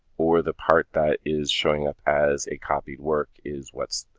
or the part that is showing up as a copied work is what